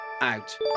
Out